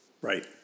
Right